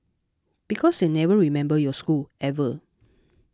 because they never remember your school ever